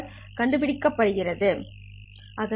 all கடத்தப்பட்டிருப்பதால் நல்லது சரி